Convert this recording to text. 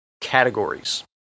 categories